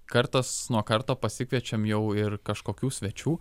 kartas nuo karto pasikviečiam jau ir kažkokių svečių